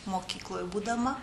mokykloj būdama